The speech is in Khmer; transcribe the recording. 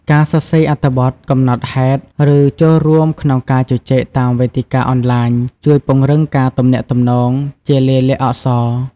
ការសរសេរអត្ថបទ កំណត់ហេតុ ឬចូលរួមក្នុងការជជែកតាមវេទិកាអនឡាញ ជួយពង្រឹងការទំនាក់ទំនងជាលាយលក្ខណ៍អក្សរ។